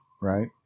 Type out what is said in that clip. right